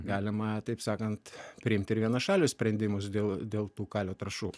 galima taip sakant priimti ir vienašalius sprendimus dėl dėl tų kalio trąšų